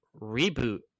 reboot